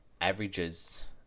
averages